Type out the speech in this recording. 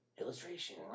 Illustration